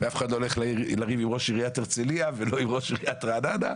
ולא עם ראש עיריית הרצליה או ראש עיריית רעננה.